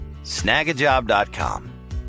Snagajob.com